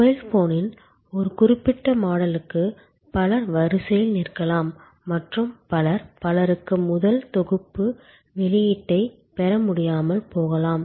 mobile போனின் ஒரு குறிப்பிட்ட மாடலுக்கு பலர் வரிசையில் நிற்கலாம் மற்றும் பலர் பலருக்கு முதல் தொகுப்பு வெளியீட்டைப் பெற முடியாமல் போகலாம்